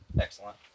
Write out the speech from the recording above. Excellent